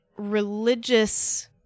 Religious